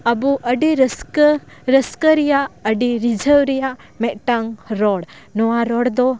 ᱟᱵᱚ ᱟᱹᱰᱤ ᱨᱟᱹᱥᱠᱟᱹ ᱨᱟᱹᱥᱠᱟ ᱨᱮᱭᱟᱜ ᱟᱹᱰᱤ ᱨᱤᱡᱷᱟᱹᱣ ᱨᱮᱭᱟᱜ ᱢᱤᱫᱴᱟᱝ ᱨᱚᱲ ᱱᱚᱶᱟ ᱨᱚᱲ ᱫᱚ